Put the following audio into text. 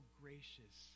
gracious